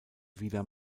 wieder